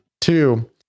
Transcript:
Two